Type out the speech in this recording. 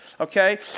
Okay